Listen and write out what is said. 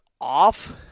off